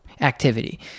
activity